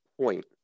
point